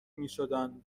میشدند